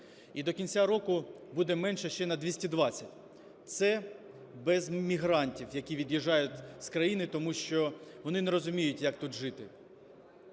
і до кінця року буде менше ще на 220. Це без мігрантів, які від'їжджають з країни, тому що вони не розуміють, як тут жити.